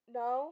no